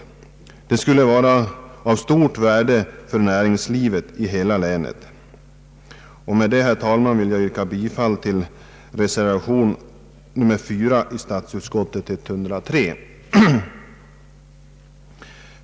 Det skulle vara av stort värde för näringslivet i hela länet. Med detta, herr talman, ber jag att få instämma i yrkandet i reservation 4 i statsutskottets utlåtande nr 103.